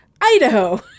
Idaho